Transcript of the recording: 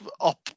up